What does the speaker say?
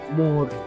more